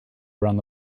around